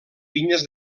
pinyes